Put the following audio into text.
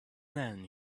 then